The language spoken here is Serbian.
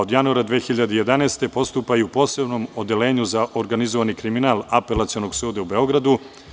Od januara 2011. godine postupa i u posebnom odeljenju za organizovani kriminal Apelacionog suda u Beogradu.